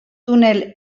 tunel